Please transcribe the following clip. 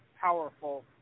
powerful